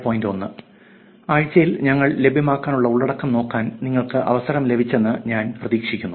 1 ആഴ്ചയിൽ ഞങ്ങൾ ലഭ്യമാക്കിയ ഉള്ളടക്കം നോക്കാൻ നിങ്ങൾക്ക് അവസരം ലഭിച്ചെന്ന് ഞാൻ പ്രതീക്ഷിക്കുന്നു